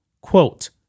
Quote